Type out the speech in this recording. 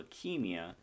leukemia